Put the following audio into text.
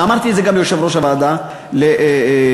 ואמרתי את זה גם ליושב-ראש הוועדה, לאיווט,